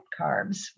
carbs